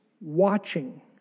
watching